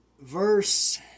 verse